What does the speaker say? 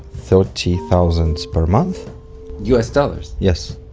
thirty thousand per month u s. dollars? yes